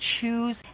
choose